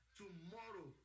tomorrow